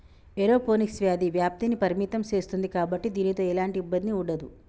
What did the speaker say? aeroponics వ్యాధి వ్యాప్తిని పరిమితం సేస్తుంది కాబట్టి దీనితో ఎలాంటి ఇబ్బంది ఉండదు